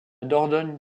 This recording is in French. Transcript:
dordogne